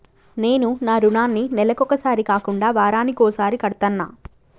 నేను నా రుణాన్ని నెలకొకసారి కాకుండా వారానికోసారి కడ్తన్నా